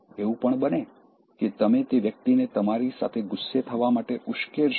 એવું પણ બને કે તમે તે વ્યક્તિને તમારી સાથે ગુસ્સે થવા માટે ઉશ્કેરશો